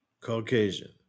caucasian